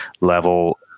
level